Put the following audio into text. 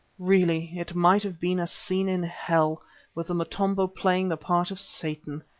really it might have been a scene in hell with the motombo playing the part of satan.